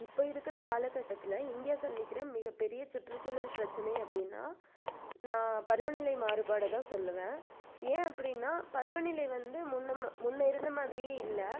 இப்போ இருக்குற கால கட்டத்தில் இந்தியா சந்திக்கிற மிகப்பெரிய சுற்றுச்சூழல் பிரச்சனை அப்படினா நான் பருவநிலை மாறுபாடை தான் சொல்லுவேன் ஏன் அப்படின்னா பருவநிலை வந்து முன்னே மா முன்னே இருந்த மாதிரியே இல்லை